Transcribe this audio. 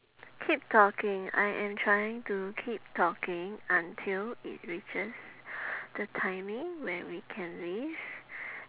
keep talking I am trying to keep talking until it reaches the timing where we can leave